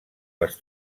les